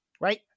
right